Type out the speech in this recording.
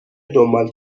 دنبال